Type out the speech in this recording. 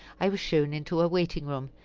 i was shown into a waiting-room,